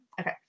okay